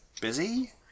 busy